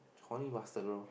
horny bastard loh